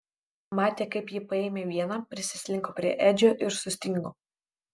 matė kaip ji paėmė vieną prisislinko prie edžio ir sustingo